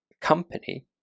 company